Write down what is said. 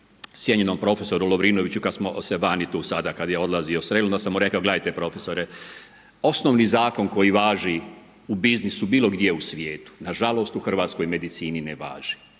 cijenjenom prof. Lovrinoviću vani tu sada kada je odlazio sreli, pa sam mu rekao, gledajte profesore osnovni zakon koji važi u biznisu bilo gdje u svijetu, na žalost u hrvatskoj medicini ne važi.